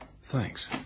Thanks